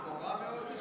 דבורה מאוד מסוכנת.